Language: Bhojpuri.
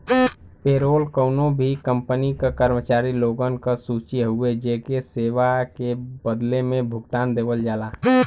पेरोल कउनो भी कंपनी क कर्मचारी लोगन क सूची हउवे जेके सेवा के बदले में भुगतान देवल जाला